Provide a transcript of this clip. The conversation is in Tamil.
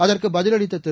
அதற்கு பதிலளித்த திரு